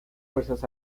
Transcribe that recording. fuerzas